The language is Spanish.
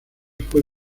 fue